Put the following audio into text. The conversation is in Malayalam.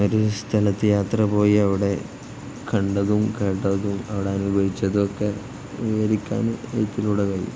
ഒരു സ്ഥലത്ത് യാത്ര പോയി അവിടെ കണ്ടതും കേട്ടതും അവിടെ അനുഭവിച്ചതുമൊക്കെ വിവരിക്കാന് എഴുത്തിലൂടെ കഴിയും